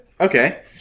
Okay